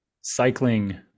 cycling